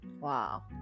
wow